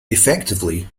effectively